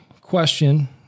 question